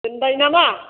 दोनबाय नामा